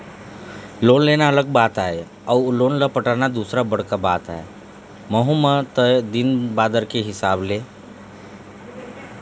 loan लेना अलग बात आय अउ लोन ल पटाना दूसर बड़का बात आय अहूँ म तय दिन बादर के हिसाब ले